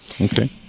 okay